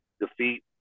defeat